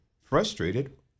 frustrated